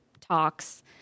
talks